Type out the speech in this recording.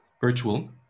virtual